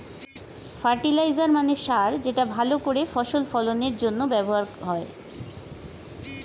fertiliser মানে সার যেটা ভালো করে ফসল ফলনের জন্য ব্যবহার হয়